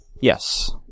Yes